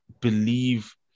believe